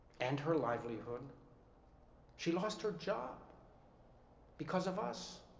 and her livelihood she lost her job because of us